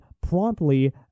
promptly